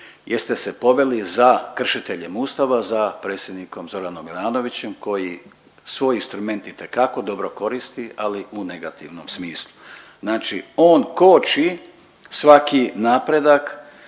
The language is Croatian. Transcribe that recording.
jer ste se poveli za kršiteljem Ustava, za predsjednikom Zoranom Milanovićem koji svoj instrument itekako dobro koristi ali u negativnom smislu. Znači on koči svaki napredak